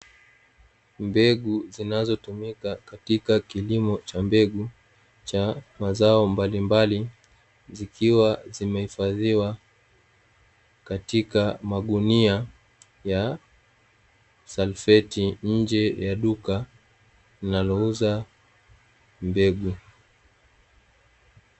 Mbegu zinazotumika katika kilimo cha mbegu cha mazao mbalimbali, zikiwa zimehifadhiwa katika magunia ya salfeti nje ya duka linalouza mbegu.